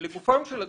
לגופם של הדברים,